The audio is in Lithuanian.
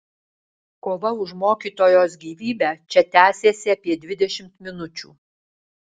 kova už mokytojos gyvybę čia tęsėsi apie dvidešimt minučių